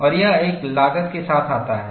और यह एक लागत के साथ आता है